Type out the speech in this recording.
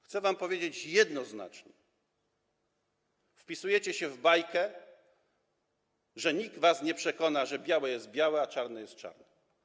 Chcę wam powiedzieć jednoznacznie: wpisujecie się w bajkę, że nikt was nie przekona, że białe jest białe, a czarne jest czarne.